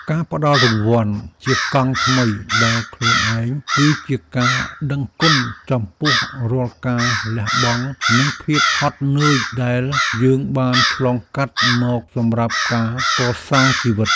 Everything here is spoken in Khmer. ការផ្ដល់រង្វាន់ជាកង់ថ្មីដល់ខ្លួនឯងគឺជាការដឹងគុណចំពោះរាល់ការលះបង់និងភាពហត់នឿយដែលយើងបានឆ្លងកាត់មកសម្រាប់ការកសាងជីវិត។